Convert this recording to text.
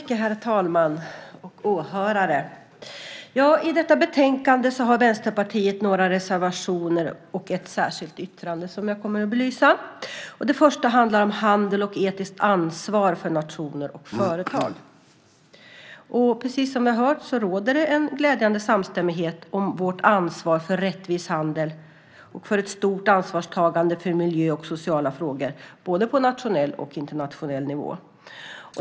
Herr talman! I detta betänkande har Vänsterpartiet några reservationer och ett särskilt yttrande som jag kommer att belysa. Den första handlar om handel och etiskt ansvar för nationer och företag. Precis som vi har hört råder det en glädjande samstämmighet om vårt ansvar för rättvis handel och för ett stort ansvarstagande för miljö och sociala frågor på både nationell och internationell nivå.